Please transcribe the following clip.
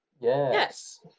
Yes